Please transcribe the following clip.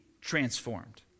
transformed